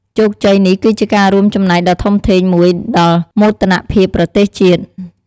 ជោគជ័យនេះគឺជាការរួមចំណែកដ៏ធំធេងមួយដល់មោទនភាពប្រទេសជាតិ។